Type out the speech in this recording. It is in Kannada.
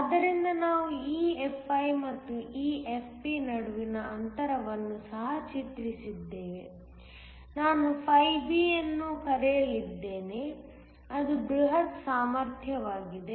ಆದ್ದರಿಂದ ನಾವು EFi ಮತ್ತು EFP ನಡುವಿನ ಅಂತರವನ್ನು ಸಹ ಚಿತ್ರಿಸಿದ್ದೇವೆ ನಾನು φB ಅನ್ನು ಕರೆಯಲಿದ್ದೇನೆ ಅದು ಬೃಹತ್ ಸಾಮರ್ಥ್ಯವಾಗಿದೆ